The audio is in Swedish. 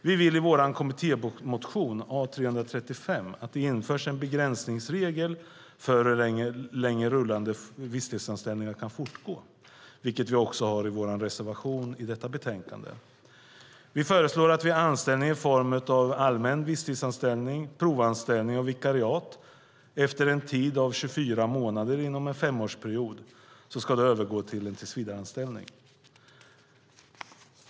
Vi vill i vår kommittémotion A335 att det införs en begränsningsregel för hur länge rullande visstidsanställningar kan fortgå, vilket vi också tar upp i vår reservation till betänkandet. Vi föreslår att anställningar i form av allmän visstidsanställning, provanställning och vikariat efter en tid av 24 månader inom en femårsperiod ska övergå till tillsvidareanställningar.